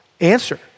answer